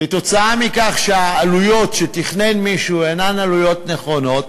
כתוצאה מכך שהעלויות שתכנן מישהו אינן עלויות נכונות,